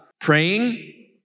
Praying